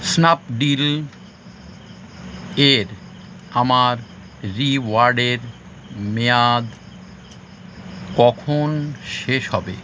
Snapdeal এর আমার রিওয়ার্ডের মেয়াদ কখন শেষ হবে